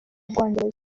bwongereza